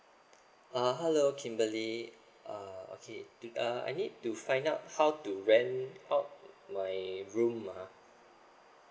uh hello kimberly uh okay to uh I need to find out how to rent out my room ah